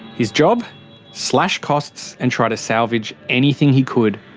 his job slash costs and try to salvage anything he could.